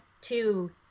two